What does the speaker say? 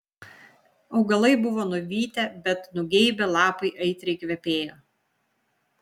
augalai buvo nuvytę bet nugeibę lapai aitriai kvepėjo